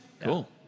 Cool